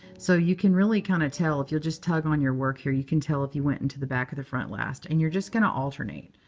so you can really kind of tell. if you'll just tug on your work here, you can tell if you went into the back or the front last. and you're just going to alternate.